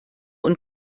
und